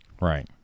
right